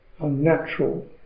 unnatural